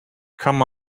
come